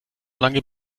lange